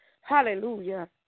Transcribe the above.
Hallelujah